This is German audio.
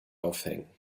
aufhängen